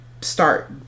start